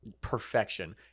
perfection